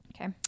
okay